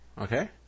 Okay